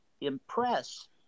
impress